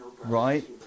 Right